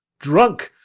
drunk!